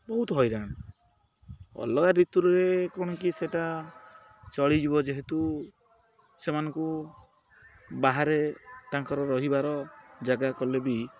ବହୁତ ହଇରାଣ ଅଲଗା ଋତୁରେ କ'ଣ କି ସେଇଟା ଚଳିଯିବ ଯେହେତୁ ସେମାନଙ୍କୁ ବାହାରେ ତାଙ୍କର ରହିବାର ଜାଗା କଲେ ବି